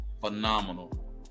phenomenal